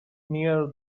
near